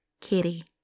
Kitty